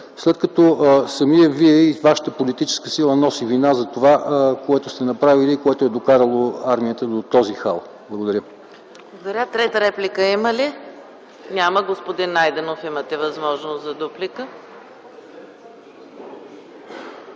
след като самият Вие и вашата политическа сила носи вина за това, което сте направили и което е докарало армията до този хал. Благодаря. ПРЕДСЕДАТЕЛ ЕКАТЕРИНА МИХАЙЛОВА: Трета реплика има ли? Няма. Господин Найденов, имате възможност за дуплика.